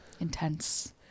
Intense